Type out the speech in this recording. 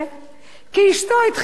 כי אשתו התחילה לעבוד